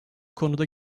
konuda